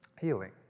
Healing